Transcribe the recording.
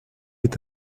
est